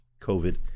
COVID